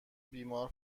بیمار